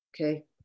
okay